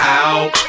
out